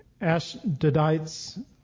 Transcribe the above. Ashdodites